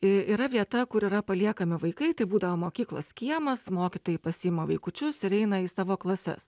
i yra vieta kur yra paliekami vaikai tai būdavo mokyklos kiemas mokytojai pasiima vaikučius ir eina į savo klases